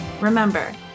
Remember